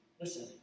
Listen